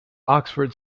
oxford